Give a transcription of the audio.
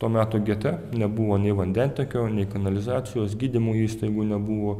to meto gete nebuvo nei vandentiekio nei kanalizacijos gydymo įstaigų nebuvo